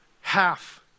half